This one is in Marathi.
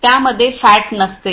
त्यामध्ये फॅट नसते